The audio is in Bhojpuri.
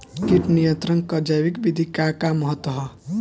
कीट नियंत्रण क जैविक विधि क का महत्व ह?